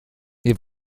wir